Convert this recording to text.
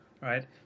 Right